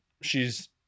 shes